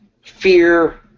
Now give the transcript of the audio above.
fear